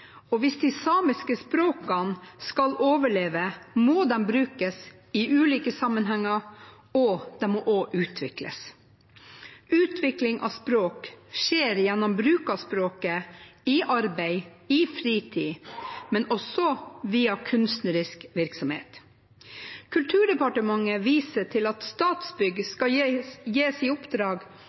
og hvis de samiske språkene skal overleve, må de brukes i ulike sammenhenger, og de må utvikles. Utvikling av språk skjer gjennom bruk av språket i arbeid og fritid, men også via kunstnerisk virksomhet. Kulturdepartementet viser til at Statsbygg skal gis i oppdrag